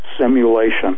Simulation